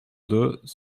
deux